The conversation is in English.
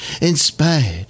Inspired